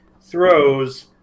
throws